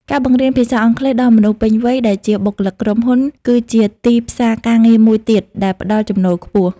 ការបង្រៀនភាសាអង់គ្លេសដល់មនុស្សពេញវ័យដែលជាបុគ្គលិកក្រុមហ៊ុន គឺជាទីផ្សារការងារមួយទៀតដែលផ្តល់ចំណូលខ្ពស់។